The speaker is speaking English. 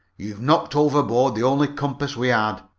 you've knocked overboard the only compass we had!